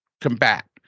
combat